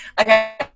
Okay